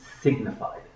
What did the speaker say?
signified